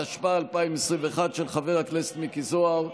התשפ"א 2021, של חבר הכנסת מיקי זוהר.